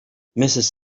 mrs